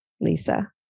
Lisa